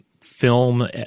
film